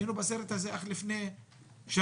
היינו בסרט הזה אך לפני שנה